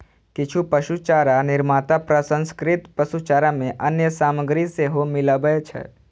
किछु पशुचारा निर्माता प्रसंस्कृत पशुचारा मे अन्य सामग्री सेहो मिलबै छै